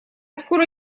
скоро